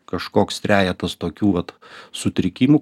kažkoks trejetas tokių vat sutrikimų